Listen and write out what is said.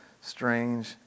strange